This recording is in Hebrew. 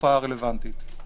בתקופה הרלוונטית.